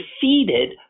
defeated